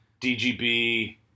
DGB